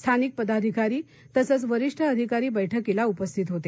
स्थानिक पदाधिकारी तसंच वरिष्ठ अधिकारी बैठकीला उपस्थित होते